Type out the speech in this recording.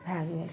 भए गेल